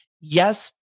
Yes